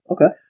Okay